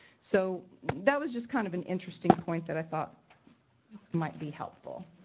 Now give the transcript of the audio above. so, that was just kind of an interesting point that i thought might be helpful.